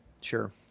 sure